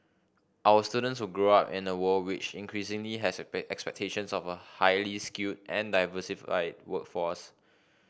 our students will grow up in a world which increasingly has expectations of a highly skilled and diversified workforce